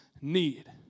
need